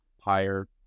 higher